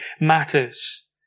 matters